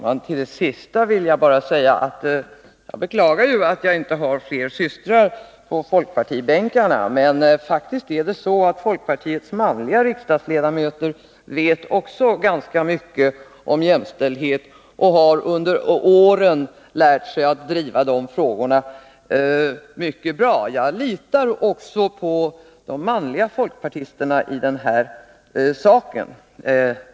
Herr talman! Jag beklagar givetvis att jag inte har fler systrar på könsdiskriminefolkpartibänkarna, men folkpartiets manliga riksdagsledamöter vet faktiskt rande skolunderockså ganska mycket om jämställdhet och har under åren lärt sig att driva de visning frågorna mycket bra. Jag litar alltså på de manliga folkpartisterna i denna sak.